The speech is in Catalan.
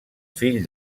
fill